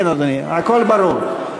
כן, אדוני, הכול ברור.